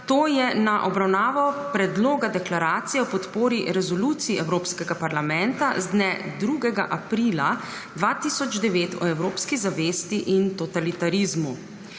predložila Predlog deklaracije o podpori Resoluciji Evropskega parlamenta z dne 2. aprila 2009 o evropski zavesti in totalitarizmu.